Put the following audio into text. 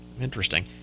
Interesting